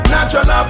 Natural